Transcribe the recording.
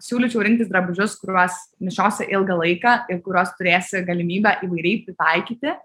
siūlyčiau rinktis drabužius kuriuos nešiosi ilgą laiką ir kuriuos turėsi galimybę įvairiai pritaikyti